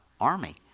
army